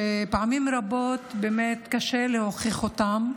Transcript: שפעמים רבות באמת קשה להוכיח אותה,